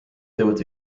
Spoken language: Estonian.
teevad